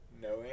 No